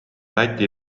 läti